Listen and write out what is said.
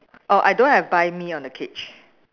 oh I don't have buy me on the cage